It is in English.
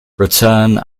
returned